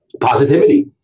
Positivity